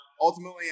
ultimately